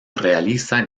realiza